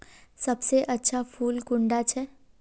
सबसे अच्छा फुल कुंडा छै?